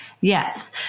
Yes